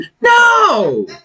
No